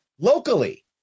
locally